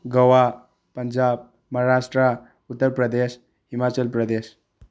Goa Punjab Maharashtra Uttar Pradesh Himachal Pradesh